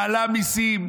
מעלה מיסים,